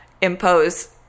impose